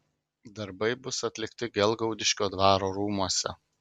darbai bus atlikti gelgaudiškio dvaro rūmuose